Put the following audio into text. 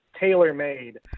tailor-made